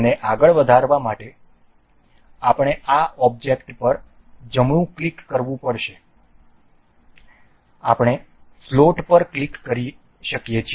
તેને આગળ વધારવા માટે આપણે આ ઓબ્જેક્ટ પર જમણું ક્લિક કરવું પડશે આપણે ફ્લોટ પર ક્લિક કરી શકીએ છીએ